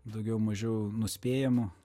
daugiau mažiau nuspėjamu